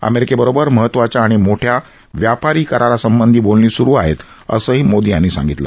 अमेरिकेबरोबर महत्वाच्या आणि मोठ्या व्यापारी करारासंबंधी बोलणी स्रु आहेत असंही मोदी यांनी सांगितलं